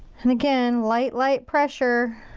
and again, light, light pressure.